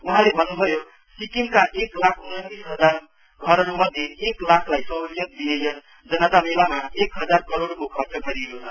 उहाँले भन्न्भयो सिक्किमका एक लाख उनतीस हजार घरमध्ये एक लाखलाई सह्लियत दिने यस जनता मेलामा एक हजार करोड़को खर्च गरिएको छ